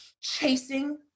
Chasing